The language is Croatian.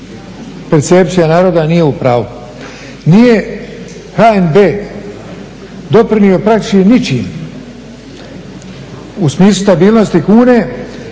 HNB